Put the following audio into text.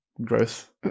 growth